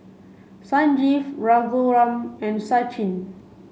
Sanjeev Raghuram and Sachin